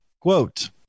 Quote